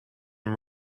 and